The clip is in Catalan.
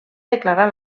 declarar